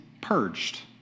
purged